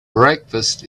breakfast